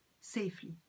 safely